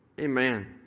Amen